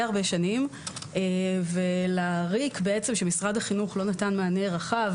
הרבה שנים ולריק הזה שמשרד החינוך לא נתן מענה רחב